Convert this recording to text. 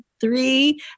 three